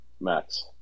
max